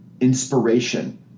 inspiration